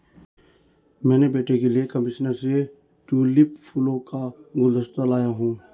मैं बेटी के लिए कश्मीर से ट्यूलिप फूलों का गुलदस्ता लाया हुं